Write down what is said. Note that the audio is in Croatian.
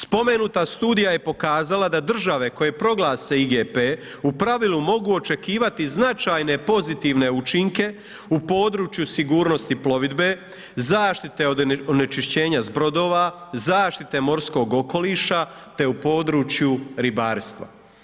Spomenuta studija je pokazala da države koje proglase IGP-e u pravilu mogu očekivati značajne pozitivne učinke u području sigurnosti plovidbe, zaštite od onečišćenja s brodova, zaštite morskog okoliša te u području ribarstva.